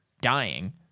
dying